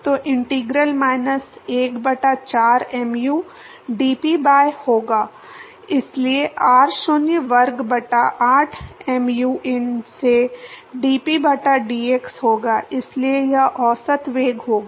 तो integral minus 1 बटा 4 mu dp by होगा इसलिए r0 वर्ग बटा 8 mu in से dp बटा dx होगा इसलिए यह औसत वेग होगा